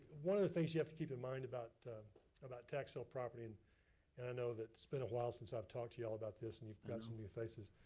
one of the things you have to keep in mind about about tax sale property, and and i know that it's been a while since i've talked to y'all about this. and you've got some new faces.